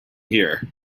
here